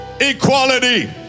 equality